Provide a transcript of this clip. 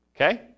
Okay